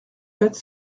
fête